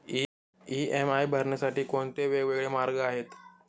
EMI भरण्यासाठी कोणते वेगवेगळे मार्ग आहेत?